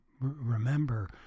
remember